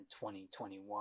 2021